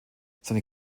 seine